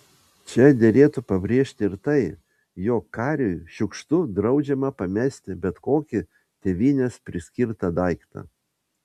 čia derėtų pabrėžti ir tai jog kariui šiukštu draudžiama pamesti bet kokį tėvynės priskirtą daiktą